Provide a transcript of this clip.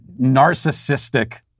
narcissistic